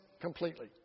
completely